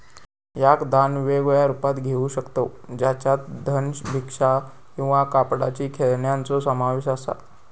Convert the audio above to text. याक दान वेगवेगळ्या रुपात घेऊ शकतव ज्याच्यात धन, भिक्षा सेवा किंवा कापडाची खेळण्यांचो समावेश असा